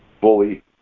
fully